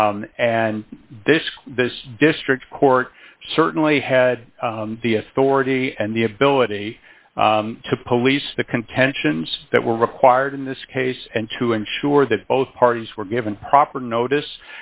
this district court certainly had the authority and the ability to police the contentions that were required in this case and to ensure that both parties were given proper notice